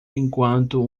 enquanto